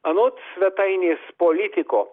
anot svetainės politiko